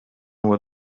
were